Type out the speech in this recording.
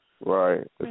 Right